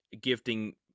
gifting –